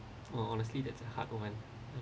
honestly that's a hard one